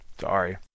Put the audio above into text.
Sorry